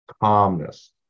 calmness